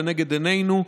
לנגד עינינו.